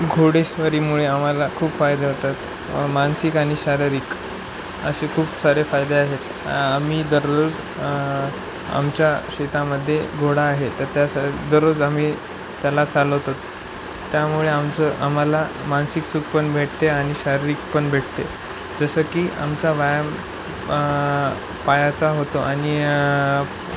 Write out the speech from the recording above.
घोडेस्वारीमुळे आम्हाला खूप फायदे होतात मानसिक आणि शारीरिक असे खूप सारे फायदे आहेत आम्ही दररोज आमच्या शेतामध्ये घोडा आहे त त्या स दररोज आम्ही त्याला चालवतात त्यामुळे आमचं आम्हाला मानसिक सुखपण भेटते आणि शारीरिकपण भेटते जसं की आमचा व्यायाम पायाचा होतो आणि